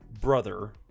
brother